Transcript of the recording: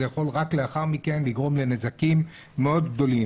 זה יכול לאחר מכן לגרום לנזקים גדולים מאוד.